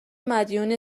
مدیون